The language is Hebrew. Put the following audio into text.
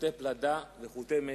מחוטי פלדה ומחוטי משי.